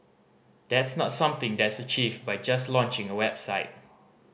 that's not something that's achieved by just launching a website